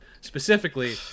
Specifically